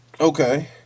okay